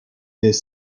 des